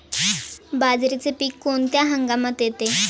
बाजरीचे पीक कोणत्या हंगामात घेतात?